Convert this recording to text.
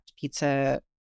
pizza